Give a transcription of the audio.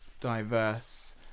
diverse